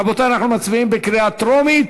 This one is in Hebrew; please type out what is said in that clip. רבותי, אנחנו מצביעים בקריאה טרומית.